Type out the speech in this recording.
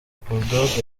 bulldogg